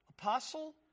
Apostle